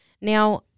Now